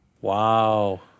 Wow